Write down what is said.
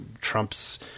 Trump's